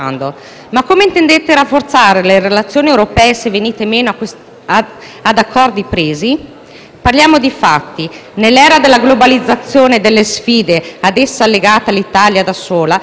Parliamo di fatti: nell'era della globalizzazione e delle sfide ad essa legate, l'Italia da sola purtroppo non ha alcuna possibilità, mentre ora, a causa vostra, è isolata nel contesto